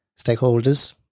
stakeholders